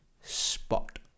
spot